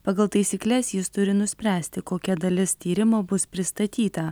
pagal taisykles jis turi nuspręsti kokia dalis tyrimo bus pristatyta